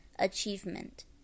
achievement